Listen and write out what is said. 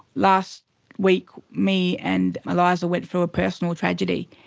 last week me and eliza went through a personal tragedy,